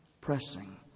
Pressing